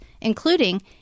including